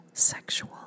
sexual